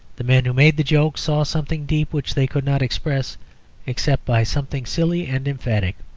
the men who made the joke saw something deep which they could not express except by something silly and emphatic.